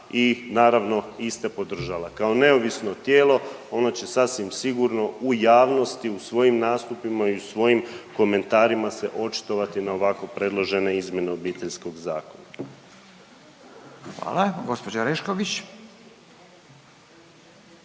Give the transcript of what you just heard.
i naravno iste podržala. Kao neovisno tijelo ona će sasvim sigurno u javnosti, u svojim nastupima i u svojim komentarima se očitovati na ovako predložene izmjene Obiteljskog zakona. **Radin, Furio